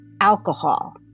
Alcohol